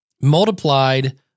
multiplied